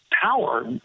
power